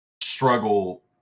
struggle